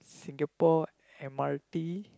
Singapore M_R_T